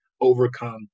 overcome